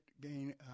gain